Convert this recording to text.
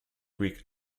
greek